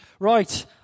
Right